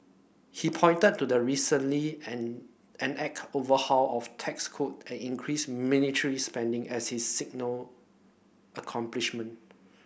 he pointed to the recently enacted overhaul of tax code and increased military spending as his signal accomplishment